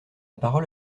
parole